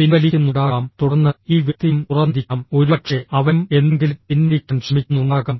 പിൻവലിക്കുന്നുണ്ടാകാം തുടർന്ന് ഈ വ്യക്തിയും തുറന്നിരിക്കാം ഒരുപക്ഷേ അവനും എന്തെങ്കിലും പിൻവലിക്കാൻ ശ്രമിക്കുന്നുണ്ടാകാം